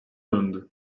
döndü